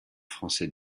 français